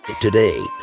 Today